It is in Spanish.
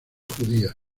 judías